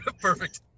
Perfect